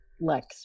Lex